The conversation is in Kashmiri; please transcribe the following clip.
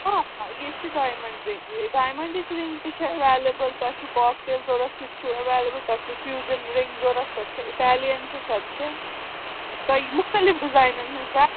آ آ ییٚتہِ چھِ ڈایمنٛڈ رِ ڈایمَنٛڈٕچ رِنٛگ تہِ چھےٚ اٮ۪ویلِبٕل تۄہہِ چھُو کاک ٹیل ضوٚرَتھ سُہ تہِ چھُو اٮ۪ویلِبٕل تۄہہِ چھُو فیوٗجَن رِنٛگ ضوٚرَتھ سۄ تہِ چھےٚ اِٹیلِیَن چھےٚ سۄ تہِ چھےٚ تۄہہِ مختلِف ڈِزاینَن ہِنٛز ڈَ